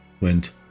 went